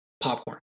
popcorn